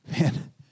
man